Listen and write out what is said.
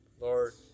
Lord